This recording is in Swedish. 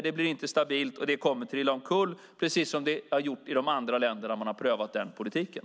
Det blir inte stabilt. Det kommer att trilla omkull, precis som det har gjort i de andra länder där man har prövat den politiken.